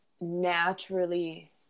naturally